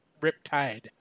riptide